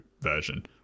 version